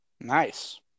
Nice